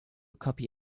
copy